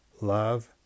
Love